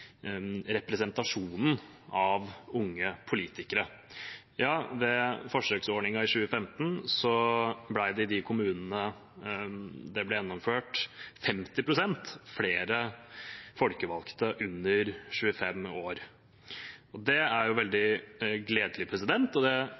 representasjonen av unge politikere. I de kommunene forsøksordningen i 2015 ble gjennomført, ble det 50 pst. flere folkevalgte under 25 år. Det er veldig gledelig, og det